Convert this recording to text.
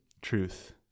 truth